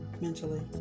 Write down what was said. mentally